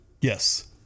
Yes